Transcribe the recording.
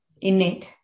innate